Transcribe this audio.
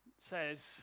says